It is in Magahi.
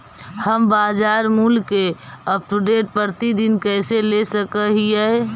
हम बाजार मूल्य के अपडेट, प्रतिदिन कैसे ले सक हिय?